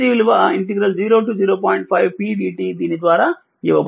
5P dt దీని ద్వారా ఇవ్వబడుతుంది